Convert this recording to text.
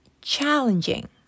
challenging